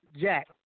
Jack